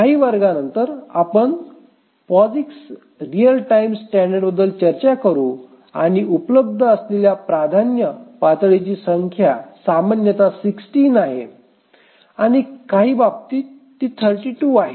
काही वर्गांनंतर आपण पॉझिक्स रीअल टाइम स्टँडर्डबद्दल चर्चा करू आणि उपलब्ध असलेल्या प्राधान्य पातळीची संख्या सामान्यत 16 आहे आणि काही बाबतींत ती 32 आहे